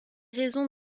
raison